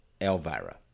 Elvira